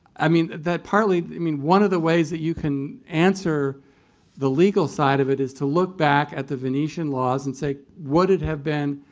i mean, that partly i mean, one of the ways that you can answer the legal side of it is to look back at the venetian laws and say, would it have been